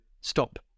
stop